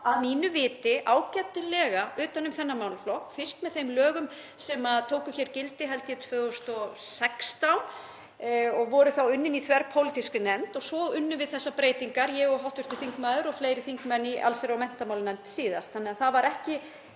mínu viti ágætlega utan um þennan málaflokk, fyrst með þeim lögum sem tóku gildi, held ég, 2016, og voru þá unnin í þverpólitískri nefnd og svo unnum við þessar breytingar, ég og hv. þingmaður og fleiri þingmenn í allsherjar- og menntamálanefnd, síðast.